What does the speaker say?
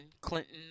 Clinton